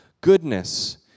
Goodness